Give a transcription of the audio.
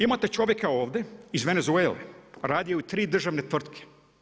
Imate čovjeka ovdje, iz Venezuele, radi u 3 državne tvrtke.